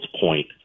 point